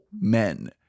men